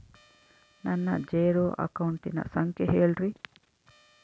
ನನ್ನ ಜೇರೊ ಅಕೌಂಟಿನ ಸಂಖ್ಯೆ ಹೇಳ್ರಿ?